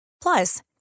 Plus